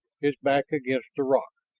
his back against the rock,